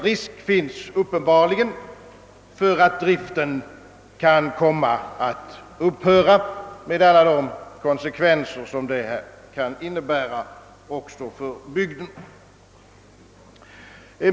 Risk finns uppenbarligen för att driften kan komma att upphöra med alla de konsekvenser som det kan få också för bygden.